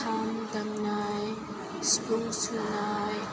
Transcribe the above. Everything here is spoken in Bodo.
खाम दामनाय सिफुं सुनाय